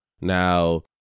Now